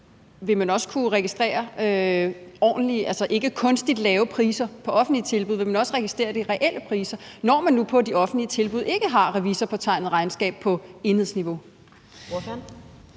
vil man også kunne registrere ordentlige, altså ikke kunstigt lave priser på offentlige tilbud? Vil man også registrere de reelle priser, når man nu på de offentlige tilbud ikke har revisorpåtegnet regnskab på enhedsniveau?